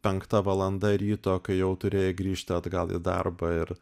penkta valanda ryto kai jau turėjai grįžti atgal į darbą ir